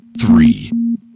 three